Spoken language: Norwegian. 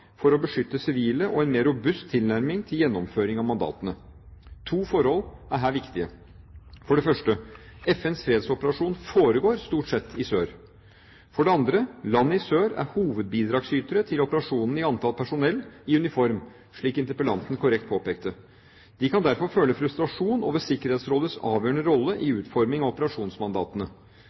for å beskytte sivile og en mer robust tilnærming til gjennomføringen av mandatene. To forhold er her viktige. For det første: FNs fredsoperasjoner foregår stort sett i sør. For det andre: Land i sør er hovedbidragsytere til operasjonene i antall personell i uniform, slik interpellanten korrekt påpekte. De kan derfor føle frustrasjon over Sikkerhetsrådets avgjørende rolle i utformingen av operasjonsmandatene.